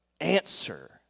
answer